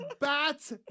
bat's